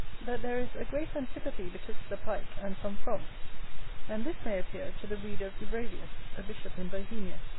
that there is a great antipathy betwixt the pike and some frogs and this may appear to the reader of dubravius, a bishop in bohemia,